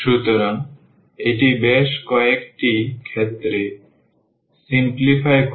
সুতরাং এটি বেশ কয়েকটি ক্ষেত্রে সরলীকরণ করে